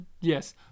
Yes